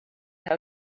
how